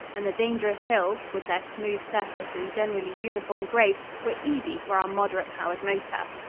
and the dangerous hills, with their smooth surface and generally uniform grade, were easy for our moderate-powered motor.